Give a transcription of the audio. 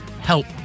Help